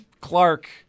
Clark